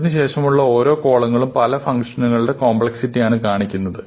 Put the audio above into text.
അതിനുശേഷമുള്ള ഓരോ കോളങ്ങളും പല ഫംഗ്ഷനുകളുടെയും കോംപ്ലക്സിറ്റിയാണ് കാണിക്കുന്നത്